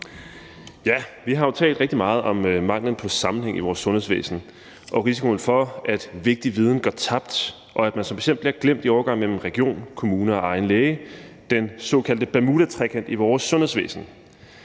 Vi har jo talt rigtig meget om manglen på sammenhæng i vores sundhedsvæsen og risikoen for, at vigtig viden går tabt, og at man som patient bliver glemt i overgangen mellem region, kommune og egen læge – den såkaldte bermudatrekant i vores sundhedsvæsen.